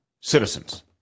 citizens